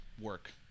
work